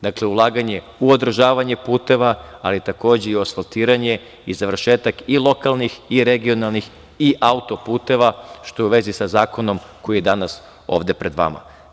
Dakle, ulaganje u održavanje puteva, ali takođe i asfaltiranje i završetak i lokalnih, i regionalnih, i auto-puteva, što je u vezi sa zakonom koji je danas ovde pred vama.